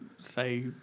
say